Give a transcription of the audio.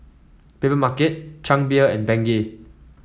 Papermarket Chang Beer and Bengay